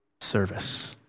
service